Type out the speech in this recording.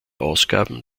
ausgaben